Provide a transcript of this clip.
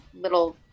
little